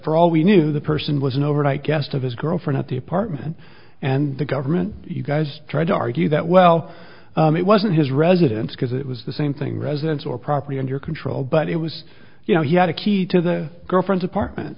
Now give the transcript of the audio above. for all we knew the person was an overnight guest of his girlfriend at the apartment and the government you guys tried to argue that well it wasn't his residence because it was the same thing residence or property under control but it was you know he had a key to the girlfriend's apartment